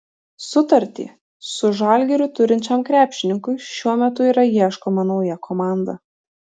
sutartį su žalgiriu turinčiam krepšininkui šiuo metu yra ieškoma nauja komanda